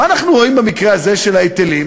מה אנחנו רואים במקרה הזה של ההיטלים?